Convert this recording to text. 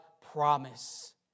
promise